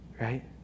right